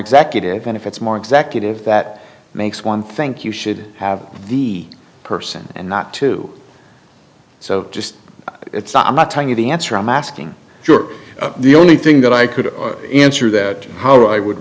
executive benefits more executive that makes one think you should have the person and not to so just it's not i'm not telling you the answer i'm asking you're the only thing that i could answer that how i would